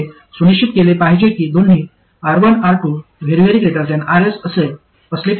आपण हे सुनिश्चित केले पाहिजे की दोन्ही R1 R2 Rs असले पाहिजे